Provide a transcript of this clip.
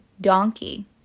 donkey